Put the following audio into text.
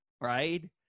right